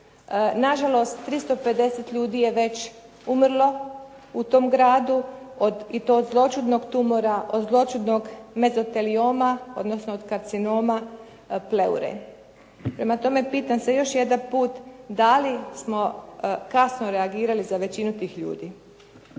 Nažalost 350 ljudi je već umrlo u tom gradu i to od zloćudnog tumora, od zloćudnog mezotelioma, odnosno od karcinoma pleure. Prema tome, pitam se još jedan put da li smo kasno reagirali za većinu tih ljudi?